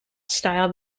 style